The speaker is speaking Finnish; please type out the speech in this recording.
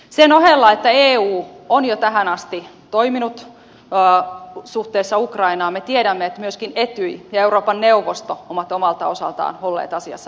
sen ohella että eu on jo tähän asti toiminut suhteessa ukrainaan me tiedämme että myöskin etyj ja euroopan neuvosto ovat omalta osaltaan olleet asiassa aktiivisia